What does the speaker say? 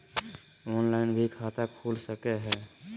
Online भी खाता खूल सके हय?